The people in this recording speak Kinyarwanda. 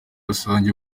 rusange